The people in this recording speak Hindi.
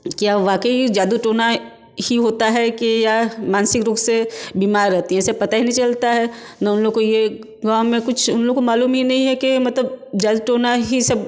क्या वाक़ई ही जादू टोना ही होता है कि या मानसिक रूप से बीमार रहतीं हैं ऐसे पता ही नहीं चलता है ना उन लोगों को ये गाँव में कुछ उन लोगों को मालूम ही नहीं है कि मतलब जादू टोना ही सब